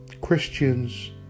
Christians